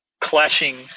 clashing